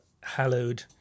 hallowed